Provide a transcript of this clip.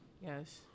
Yes